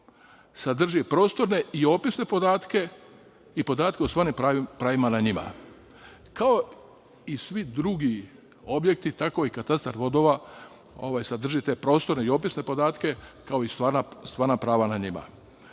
sadrži prostorne i opisne podatke i podatke o stvarnim pravima na njima. Kao i svi drugi objekti, tako i katastar vodova sadrži te prostorne i opisne podatke, kao i stvarna prava nad njima. Ja